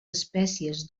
espècies